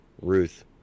Ruth